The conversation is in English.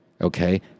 okay